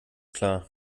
klar